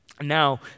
Now